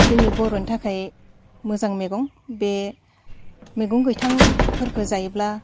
जोंनि बर'नि थाखाय मोजां मैगं बे मैगं गोथांफोरखो जायोब्ला